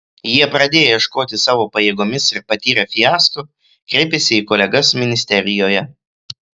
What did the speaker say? jie pradėję ieškoti savo pajėgomis ir patyrę fiasko kreipėsi į kolegas ministerijoje